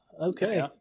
Okay